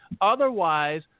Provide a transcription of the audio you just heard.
Otherwise